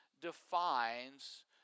defines